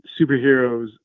superheroes